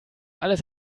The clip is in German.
alles